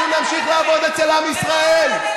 אנחנו נמשיך לעבוד אצל עם ישראל.